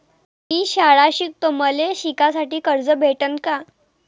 मी शाळा शिकतो, मले शिकासाठी कर्ज भेटन का?